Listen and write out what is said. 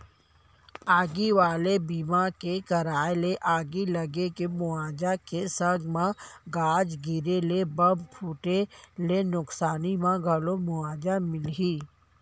आगी वाले बीमा के कराय ले आगी लगे ले मुवाजा के संग म गाज गिरे ले, बम फूटे ले नुकसानी म घलौ मुवाजा मिलही